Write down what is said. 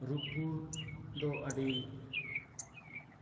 ᱨᱩᱯᱯᱩᱨ ᱫᱚ ᱟᱹᱰᱤ